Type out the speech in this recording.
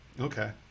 Okay